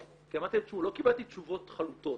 כי אמרתי להן שלא קיבלתי תשובות חלוטות.